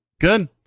Good